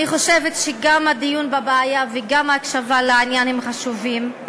אני חושבת שגם הדיון בבעיה וגם ההקשבה לעניין הם חשובים,